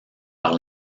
par